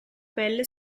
pelle